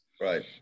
Right